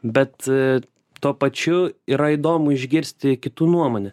bet tuo pačiu yra įdomu išgirsti kitų nuomonę